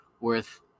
worth